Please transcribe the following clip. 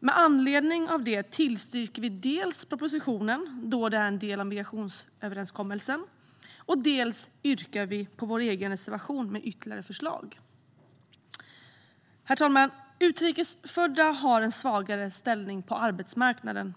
Med anledning av det tillstyrker vi dels propositionen, då den är en del av migrationsöverenskommelsen, dels yrkar vi bifall till vår egen reservation med ytterligare förslag. Herr talman! Utrikes födda har en svagare ställning på arbetsmarknaden.